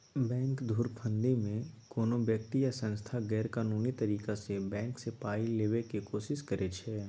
bank धुरफंदीमे कोनो बेकती या सँस्था गैरकानूनी तरीकासँ बैंक सँ पाइ लेबाक कोशिश करै छै